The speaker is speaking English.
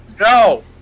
No